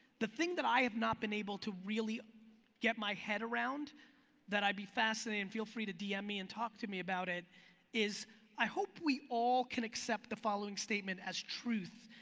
the thing that i have not been able to really get my head around that i'd be fascinated and feel free to dm me and talk to me about it is i hope we all can accept the following statement as truth.